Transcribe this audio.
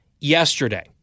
yesterday